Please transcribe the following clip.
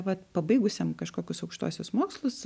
vat pabaigusiam kažkokius aukštuosius mokslus